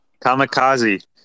Kamikaze